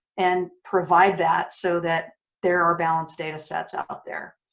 and provide that so that there are balanced datasets out there.